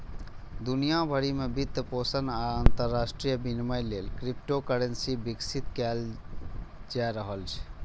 दुनिया भरि मे वित्तपोषण आ अंतरराष्ट्रीय विनिमय लेल क्रिप्टोकरेंसी विकसित कैल जा रहल छै